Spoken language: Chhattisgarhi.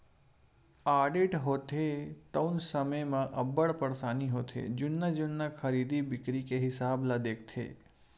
आडिट होथे तउन समे म अब्बड़ परसानी होथे जुन्ना जुन्ना खरीदी बिक्री के हिसाब ल देखथे